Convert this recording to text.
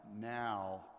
now